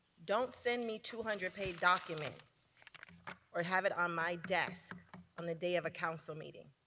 don't send me two hundred page documents or have it on my desk on the day of a council meeting.